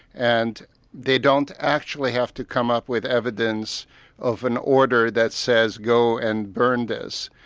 and they don't actually have to come up with evidence of an order that says go and burn this.